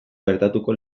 gertatuko